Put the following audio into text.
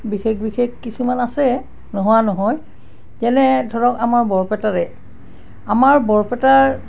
বিশেষ বিশেষ কিছুমান আছে নোহোৱা নহয় যেনে ধৰক আমাৰ বৰপেটাৰে আমাৰ বৰপেটাৰ